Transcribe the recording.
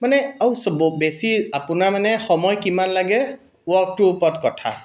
মানে আৰু চাব বেছি আপোনাৰ মানে সময় কিমান লাগে ৱৰ্কটোৰ ওপৰত কথা